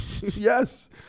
Yes